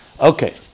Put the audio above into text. Okay